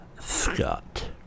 Scott